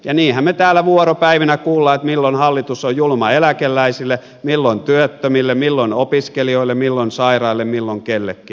ja niinhän me täällä vuoropäivinä kuulemme että hallitus on julma milloin eläkeläisille milloin työttömille milloin opiskelijoille milloin sairaille milloin kellekin